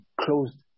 closed